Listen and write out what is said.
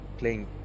playing